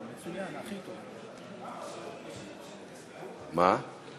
מצביע יוסי יונה, מצביע שלי יחימוביץ, מצביעה חיים